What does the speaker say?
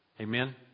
Amen